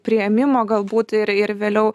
priėmimo galbūt ir ir vėliau